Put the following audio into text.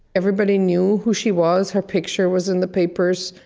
everybody knew who she was. her picture was in the papers,